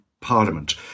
Parliament